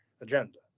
agenda